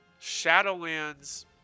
shadowlands